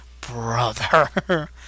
brother